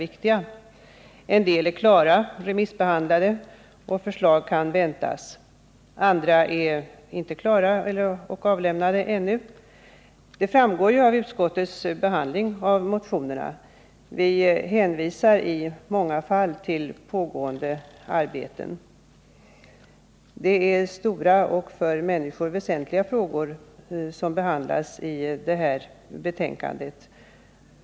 En del utredningar är klara, remissbehandlade och förslag kan väntas; andra är inte klara och avlämnade ännu — det framgår av utskottets behandling av motionerna. Vi hänvisar i många fall till pågående arbeten. Det är stora och för människor väsentliga frågor som behandlas i detta betänkande.